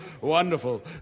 wonderful